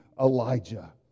Elijah